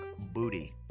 Booty